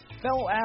fellow